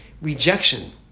rejection